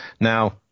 Now